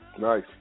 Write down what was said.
Nice